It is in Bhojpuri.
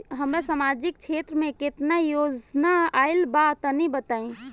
हमरा समाजिक क्षेत्र में केतना योजना आइल बा तनि बताईं?